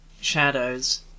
shadows